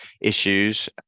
issues